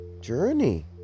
journey